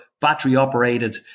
battery-operated